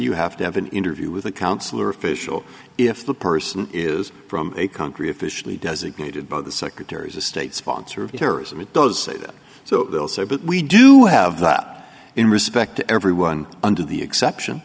you have to have an interview with a counselor official if the person is from a country officially designated by the secretary is a state sponsor of terrorism it does so they'll say but we do have that in respect to everyone under the exception